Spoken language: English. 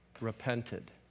repented